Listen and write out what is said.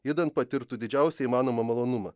idant patirtų didžiausią įmanomą malonumą